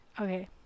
okay